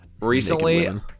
recently